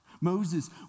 Moses